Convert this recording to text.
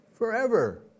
forever